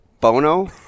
Bono